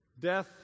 death